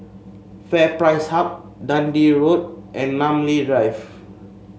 FairPrice Hub Dundee Road and Namly Drive